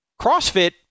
CrossFit